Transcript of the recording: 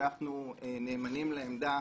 אנחנו נאמנים לעמדה,